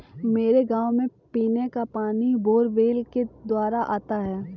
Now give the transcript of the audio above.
मेरे गांव में पीने का पानी बोरवेल के द्वारा आता है